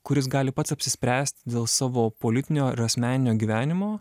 kuris gali pats apsispręsti dėl savo politinio ar asmeninio gyvenimo